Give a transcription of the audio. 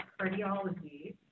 cardiology